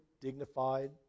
dignified